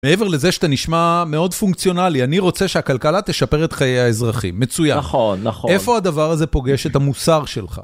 מעבר לזה שאתה נשמע מאוד פונקציונלי, אני רוצה שהכלכלה תשפר את חיי האזרחים, מצויין. נכון, נכון. איפה הדבר הזה פוגש את המוסר שלך?